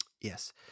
Yes